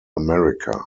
america